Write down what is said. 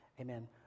Amen